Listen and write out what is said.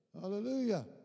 Hallelujah